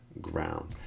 ground